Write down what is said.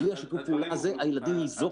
בלי שיתוף הפעולה הזה הילדים יינזקו.